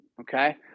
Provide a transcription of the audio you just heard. okay